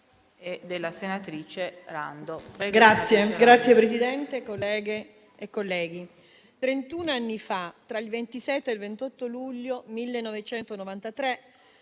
Signor Presidente, colleghe e colleghi,